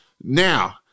Now